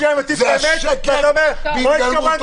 כל שנייה אתה מטיף לאמת ואומר: לא התכוונתי